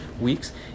weeks